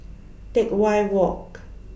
Teck Whye Walk